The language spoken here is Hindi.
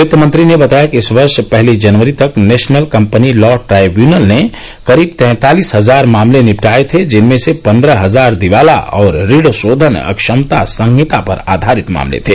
वित्तमंत्री ने बताया कि इस वर्ष पहली जनवरी तक नेशनल कंपनी लॉ ट्राइव्यूनल ने करीब तैंतालीस हजार मामले निपटाये थे जिनमें से पन्द्रह हजार दिवाला और ऋण शोधन अक्षमता संहिता पर आधारित मामले थे